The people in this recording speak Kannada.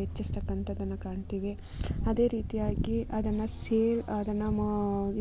ಹೆಚ್ಚಿಸ್ತಕ್ಕಂಥದನ್ನು ಕಾಣ್ತೀವಿ ಅದೇ ರೀತಿಯಾಗಿ ಅದನ್ನು ಸೇಲ್ ಅದನ್ನು ಮಾ